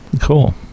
Cool